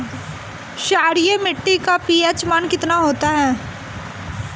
क्षारीय मीट्टी का पी.एच मान कितना ह?